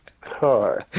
car